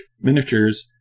miniatures